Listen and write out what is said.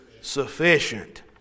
sufficient